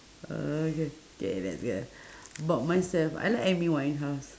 okay k that's good about myself I like amy-winehouse